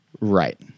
Right